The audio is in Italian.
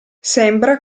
sembra